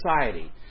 society